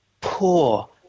poor